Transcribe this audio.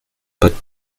but